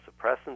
suppressants